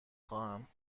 خواهم